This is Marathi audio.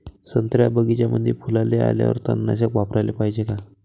संत्र्याच्या बगीच्यामंदी फुलाले आल्यावर तननाशक फवाराले पायजे का?